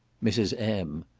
mrs. m.